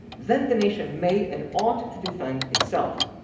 then the nation may and ought to defend itself.